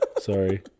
Sorry